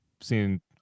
seen